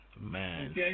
Man